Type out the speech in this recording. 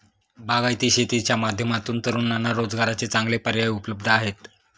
बागायती शेतीच्या माध्यमातून तरुणांना रोजगाराचे चांगले पर्याय उपलब्ध होत आहेत